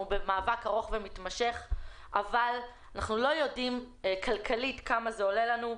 במאבק ארוך ומתמשך - אבל אנחנו לא יודעים כלכלית כמה זה עולה לנו.